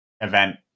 event